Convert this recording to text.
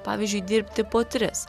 pavyzdžiui dirbti po tris